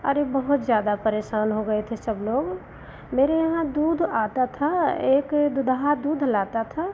अरे बहुत ज़्यादा परेशान हो गए थे सब लोग मेरे यहाँ दूध आता था एक दूदहा दूध लाता था